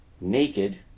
naked